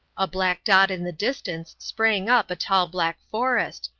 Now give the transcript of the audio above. a black dot in the distance sprang up a tall black forest,